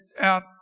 out